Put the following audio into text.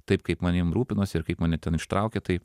taip kaip manim rūpinosi ir kaip mane ten ištraukė tai